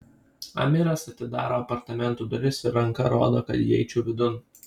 amiras atidaro apartamentų duris ir ranka rodo kad įeičiau vidun